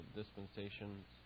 dispensations